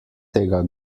tega